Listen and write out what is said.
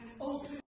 open